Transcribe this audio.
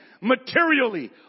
materially